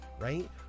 right